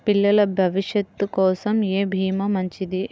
పిల్లల భవిష్యత్ కోసం ఏ భీమా మంచిది?